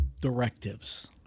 directives